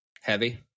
heavy